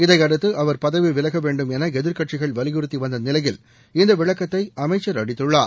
இதையடுத்து அவர் பதவி விலக வேண்டும் என எதிர்க்கட்சிகள் வலியுறுத்தி வந்த நிலையில் இந்த விளக்கத்தை அமைச்சர் அளித்துள்ளார்